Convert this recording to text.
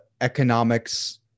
economics